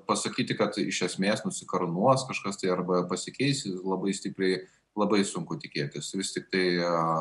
pasakyti kad iš esmės nusikarūnuos kažkas tai arba pasikeis labai stipriai labai sunku tikėtis vis tiktai